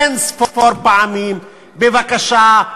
אין-ספור פעמים: בבקשה,